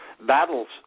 Battles